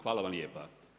Hvala vam lijepa.